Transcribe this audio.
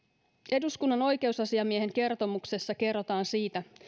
eduskunnan oikeusasiamiehen kertomuksessa kerrotaan siitä